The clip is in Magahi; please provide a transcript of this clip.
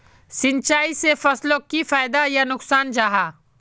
सिंचाई से फसलोक की फायदा या नुकसान जाहा?